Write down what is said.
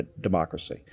democracy